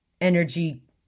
energy